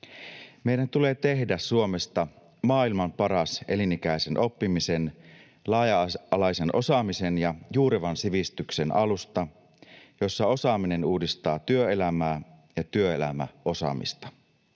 Meidän tulee tehdä Suomesta maailman paras elinikäisen oppimisen, laaja-alaisen osaamisen ja juurevan sivistyksen alusta, jossa osaaminen uudistaa työelämää ja työelämä osaamista.